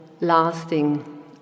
lasting